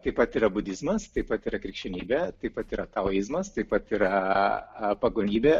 taip pat yra budizmas taip pat yra krikščionybė taip pat yra taojizmas taip pat yra pagonybė